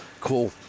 Cool